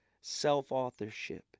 Self-authorship